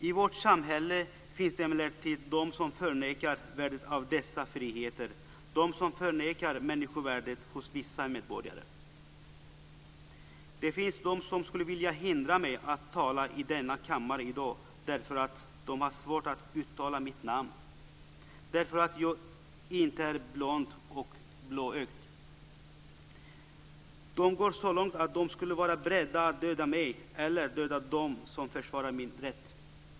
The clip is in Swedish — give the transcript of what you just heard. I vårt samhälle finns det emellertid de som förnekar värdet av dessa friheter, de som förnekar människovärdet hos vissa medborgare. Det finns de som skulle vilja hindra mig att tala i denna kammare i dag för att de har svårt att uttala mitt namn och för jag inte är blond och blåögd. De går så långt att de skulle vara beredda att döda mig eller döda dem som försvarar min rätt.